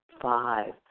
five